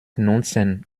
nutzen